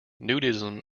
nudism